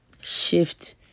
shift